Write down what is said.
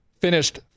finished